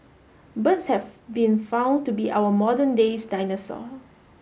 birds have been found to be our modern days dinosaurs